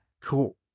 Cool